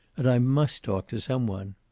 and i must talk to some one.